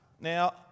Now